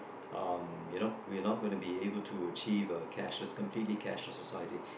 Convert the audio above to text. um you know we are not going to be able to achieve a cashless completely cashless society